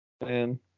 Man